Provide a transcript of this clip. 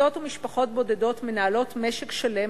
קבוצות ומשפחות בודדות מנהלות משק שלם